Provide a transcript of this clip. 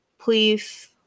please